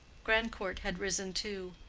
grandcourt had risen too.